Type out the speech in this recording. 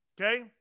Okay